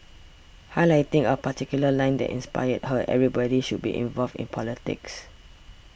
highlighting a particular line that inspired her everybody should be involved in politics